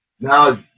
Now